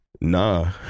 Nah